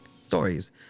stories